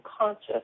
conscious